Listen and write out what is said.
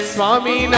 Swami